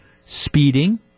speeding